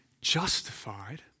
justified